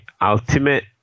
ultimate